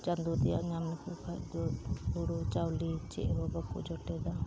ᱪᱟᱫᱳ ᱛᱮᱭᱟᱜ ᱧᱟᱢ ᱞᱮᱠᱚ ᱠᱷᱟᱡ ᱦᱩᱲᱩ ᱪᱟᱣᱞᱮ ᱪᱮᱫ ᱦᱚᱸ ᱵᱟᱠᱚ ᱡᱚᱴᱮᱫᱟ